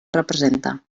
representa